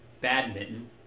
badminton